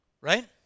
Right